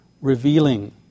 revealing